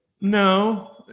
no